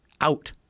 out